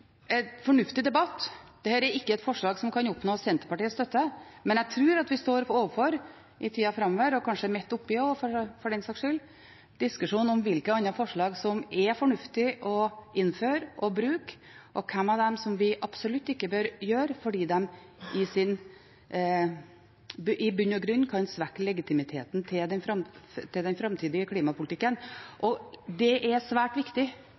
vi også midt oppe i det, for den sakens skyld – en diskusjon om hvilke andre forslag som er fornuftige å innføre og bruke, og hvilke vi absolutt ikke bør bruke, fordi de i bunn og grunn kan svekke legitimiteten til den framtidige klimapolitikken. Det er svært viktig,